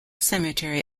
cemetery